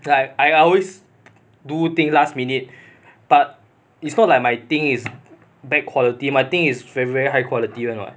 like I I always do thing last minute but it's not like my thing is bad quality my thing is very very high quality [one] [what]